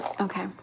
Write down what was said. okay